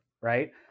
right